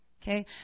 Okay